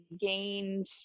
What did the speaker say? gained